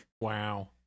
Wow